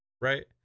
Right